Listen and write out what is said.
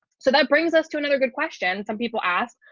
so that brings us to another good question. some people ask,